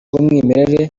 w’umwimerere